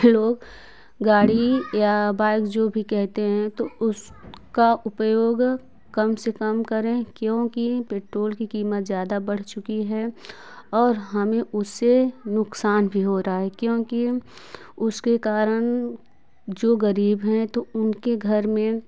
hello गाड़ी या bike जो भी कहते हैं उसका उपयोग कम से कम करें क्योंकि पेट्रोल की कीमत ज़्यादा बढ़ चुकी है और हमें उससे नुकसान भी हो रहा है क्योंकि उसके कारण जो गरीब हैं तो उनके घर में